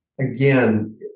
again